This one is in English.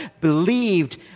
believed